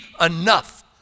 enough